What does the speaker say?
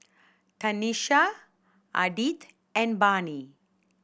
Tanesha Ardith and Barnie